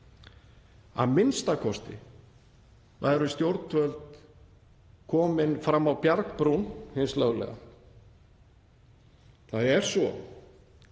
Að minnsta kosti væru stjórnvöld komin fram á bjargbrún hins löglega. Það er svo